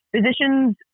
Physicians